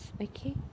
okay